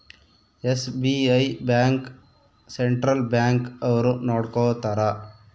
SBI bank central bank ಅವ್ರು ನೊಡ್ಕೋತರ